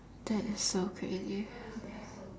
that is so crazy okay